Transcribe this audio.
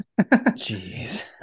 Jeez